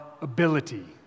ability